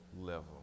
level